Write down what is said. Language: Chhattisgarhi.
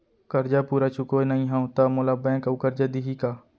करजा पूरा चुकोय नई हव त मोला बैंक अऊ करजा दिही का?